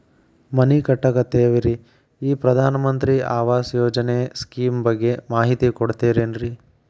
ಮನಿ ಕಟ್ಟಕತೇವಿ ರಿ ಈ ಪ್ರಧಾನ ಮಂತ್ರಿ ಆವಾಸ್ ಯೋಜನೆ ಸ್ಕೇಮ್ ಬಗ್ಗೆ ಮಾಹಿತಿ ಕೊಡ್ತೇರೆನ್ರಿ?